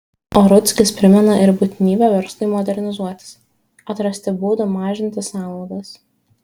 o rudzkis primena ir būtinybę verslui modernizuotis atrasti būdų mažinti sąnaudas